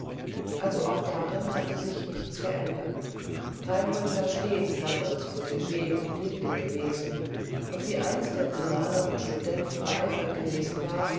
also auch darin hatte sich nichts geändert reinhold war stets herberts portg und liebling gewesen und wie einst der primaner und student beeifert gewesen war